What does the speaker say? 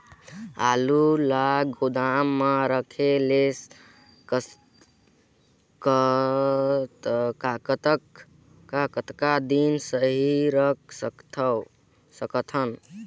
आलू ल गोदाम म रखे ले कतका दिन सही रख सकथन?